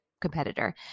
competitor